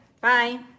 Bye